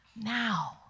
now